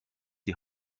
die